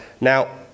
Now